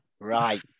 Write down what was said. Right